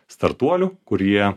startuolių kurie